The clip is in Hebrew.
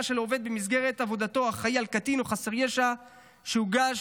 של עובד שבמסגרת עבודתו אחראי על קטין או חסר ישע אשר הוגש